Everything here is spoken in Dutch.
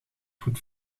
goed